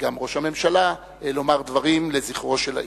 וגם ראש הממשלה, לומר דברים לזכרו של האיש.